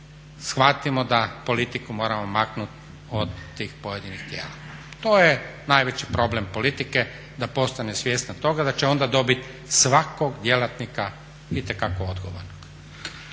shvatimo da politiku moramo maknuti od tih pojedinih tijela. To je najveći problem politike, da postane svjesna toga da će onda dobit svakog djelatnika itekako odgovornog.